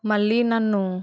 మళ్ళీ నన్ను